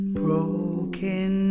broken